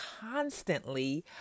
constantly